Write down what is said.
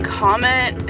comment